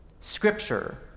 Scripture